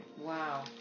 wow